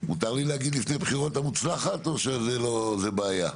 מותר לי להגיד לפני בחירות המוצלחת או שזה לא זה בעיה?